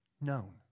Known